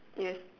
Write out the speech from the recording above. yes